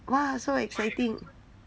!wah! so exciting